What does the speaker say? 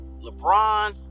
LeBron